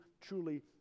truly